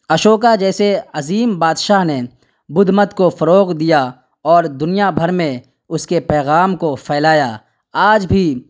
اشوکا جیسے عظیم بادشاہ نے بدھ مت کو فروغ دیا اور دنیا بھر میں اس کے پیغام کو پھیلایا آج بھی